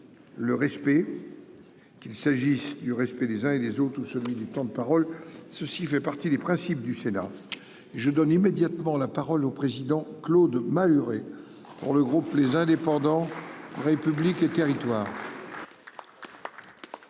le respect qu'il s'agisse du respect des uns et des autres, ou celui du temps de parole ceci fait partie des principes du Sénat je donne immédiatement la parole au président Claude Malhuret. Pour le groupe, les indépendants républiques et territoires.